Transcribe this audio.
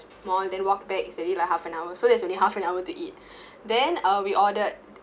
mall then walked back it's already like half an hour so there's only half an hour to eat then uh we ordered